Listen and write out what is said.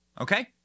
Okay